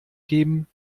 geben